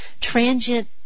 transient